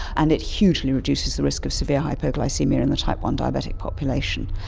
and it hugely reduces the risk of severe hypoglycaemia in the type one diabetic population.